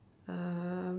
um